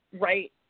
Right